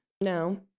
no